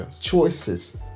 choices